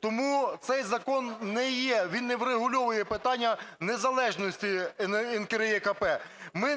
Тому цей закон не є, він не врегульовує питання незалежності НКРЕКП. Ми,